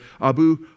Abu